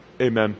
Amen